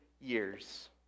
years